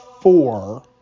four